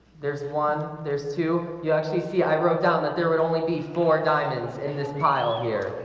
there's one there's two you actually see i wrote down that there would only be four diamonds in this pile here